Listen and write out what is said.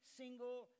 single